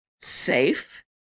SAFE